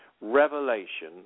revelation